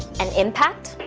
an impact,